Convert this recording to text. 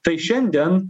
tai šiandien